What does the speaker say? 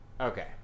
Okay